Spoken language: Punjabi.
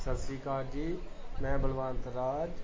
ਸਤਿ ਸ਼੍ਰੀ ਅਕਾਲ ਜੀ ਮੈਂ ਬਲਵੰਤ ਰਾਜ